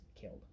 killed